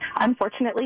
Unfortunately